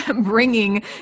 bringing